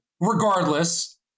regardless